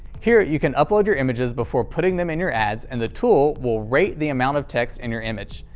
here you can upload your images before putting them in your ads and the tool will rate the amount of text in your image.